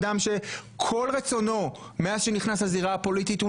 אדם שכל רצונו מאז שנכנס לזירה הפוליטית הוא